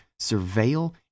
surveil